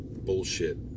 bullshit